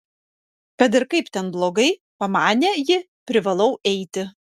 kad ir kaip ten blogai pamanė ji privalau eiti